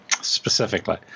specifically